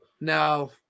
No